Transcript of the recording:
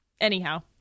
anyhow